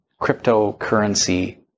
cryptocurrency